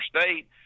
State